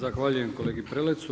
Zahvaljujem kolegi Prelecu.